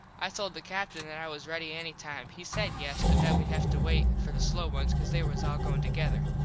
i told the captin that i was ready any time. he said yes, but that wed have to wait for the slow ones cause they was all goin together.